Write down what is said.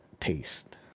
taste